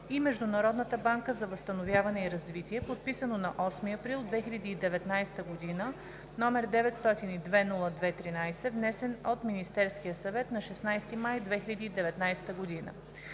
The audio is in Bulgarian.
и Международната банка за възстановяване и развитие, подписано на 8 април 2019 г., № 902-02-13, внесен от Министерския съвет на 16 май 2019 г.